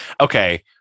okay